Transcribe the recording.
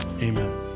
amen